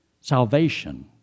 Salvation